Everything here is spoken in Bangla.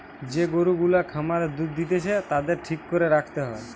যে গরু গুলা খামারে দুধ দিতেছে তাদের ঠিক করে রাখতে হয়